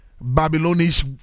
Babylonish